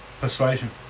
Persuasion